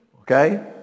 okay